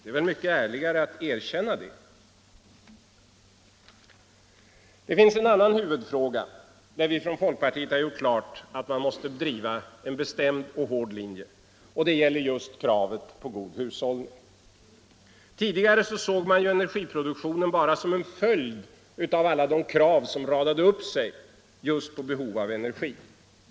Det är väl mycket ärligare att erkänna att man är tveksam. Det finns en annan huvudfråga, där vi från folkpartiet har gjort klart att man måste driva en bestämd och hård linje. Det gäller just kravet på god hushållning. Tidigare såg man energiproduktionen bara som en följd av alla de krav som radade upp sig — just på behov av energi.